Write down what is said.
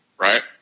right